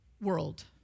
world